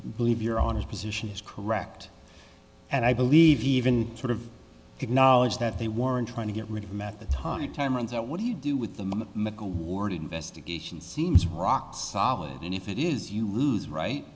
believe you're on his position is correct and i believe even sort of acknowledged that they weren't trying to get rid of him at the time and time runs out what do you do with the moment mco ward investigation seems rock solid and if it is you lose right